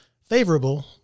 favorable